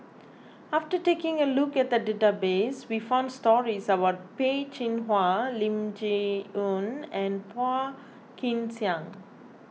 after taking a look at the database we found stories about Peh Chin Hua Lim Chee Onn and Phua Kin Siang